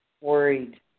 worried